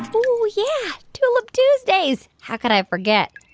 oh, yeah, tulip tuesdays. how could i forget?